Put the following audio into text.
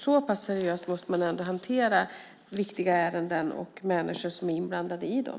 Så pass seriöst måste man ändå hantera viktiga ärenden och människor som är inblandade i dem.